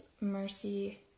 mercy